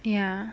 ya